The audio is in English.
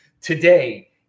Today